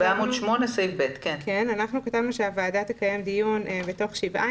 אנחנו כתבנו שהוועדה תקיים דיון בתוך שבעה